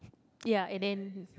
ya and then